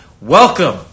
welcome